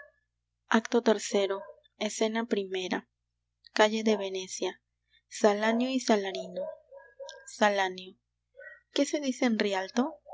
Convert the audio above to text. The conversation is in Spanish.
acto iii escena primera calle de venecia salanio y salarino salanio qué se dice